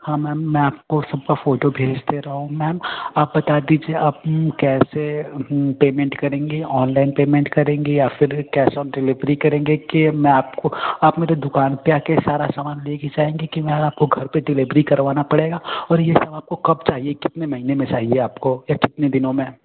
हाँ मैम आपको सबका फोटो भेज दे रहा हूँ मैम आप बता दीजिए आप कैसे पेमेंट करेंगे अनलाइन पेमेंट करेंगे या फिर कैश ऑन डिलीवरी करेंगे की मैं आपको आप मेरे दुकाम पर आके सारा समान लेके आएंगे की मैम आपको घर पर डिलीवरी करवाना पड़ेगा और ये सब आपको कब चाहिये कितने महीने में चाहिए या आपको कितने दिनों में